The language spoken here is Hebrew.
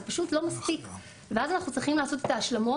זה פשוט לא מספיק ואז אנחנו צריכים לעשות השלמות,